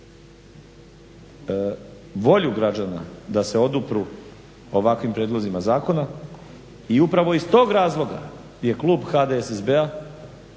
volju građana da se odupru ovakvim prijedlozima zakona i upravo iz tog razloga je klub HDSSB-a